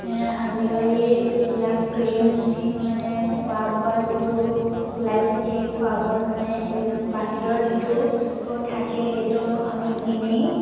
আজিকালি যিবিলাক ক্ৰীম মানে খোৱা বোৱা যিটো ওলাইছে সেই খোৱা বোৱাত মানে সেই বাহিৰৰ যিটো থাকে সেইটো আমি কিনি